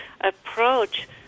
approach